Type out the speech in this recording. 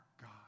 God